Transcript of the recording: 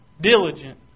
diligent